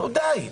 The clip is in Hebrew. די.